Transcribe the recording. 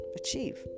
achieve